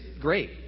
great